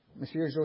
Monsieur